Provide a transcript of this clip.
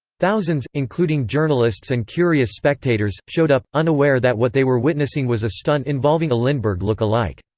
thousands, including journalists and curious spectators, showed up, unaware that what they were witnessing was a stunt involving a lindbergh look-alike.